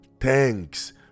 Thanks